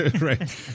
right